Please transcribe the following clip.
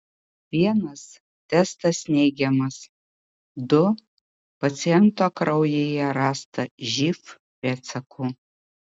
vienas testas neigiamas du paciento kraujyje rasta živ pėdsakų